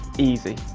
easy.